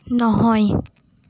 নহয়